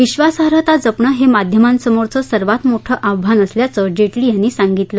विधासार्हता जपणं हे माध्यमांसमोरचं सर्वात मोठं आव्हान असल्याचं जेटली यांनी सांगितलं